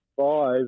five